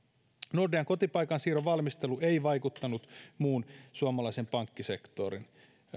nordean kotipaikan siirron valmistelu ei vaikuttanut muun suomalaisen pankkisektorin